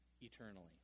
eternally